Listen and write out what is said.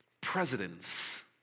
Presidents